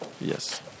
Yes